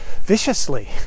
viciously